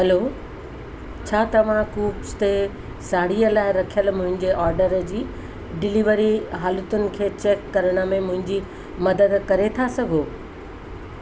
hello छा तव्हां कूव्स ते साढ़ीअ लाइ रखियलु मुंहिंजे ऑर्डर जी डिलीवरी हालतुनि खे चेक करण में मुंहिंजी मदद करे था सघो